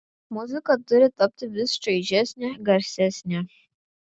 muzika turi tapti vis čaižesnė garsesnė